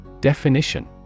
Definition